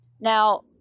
now